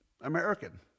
American